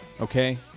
Okay